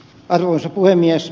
arvoisa puhemies